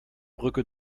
brücke